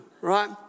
right